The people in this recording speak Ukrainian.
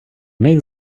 них